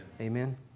Amen